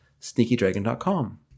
SneakyDragon.com